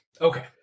Okay